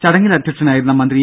ചടങ്ങിൽ അധ്യക്ഷനായിരുന്ന മന്ത്രി ഇ